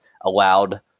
allowed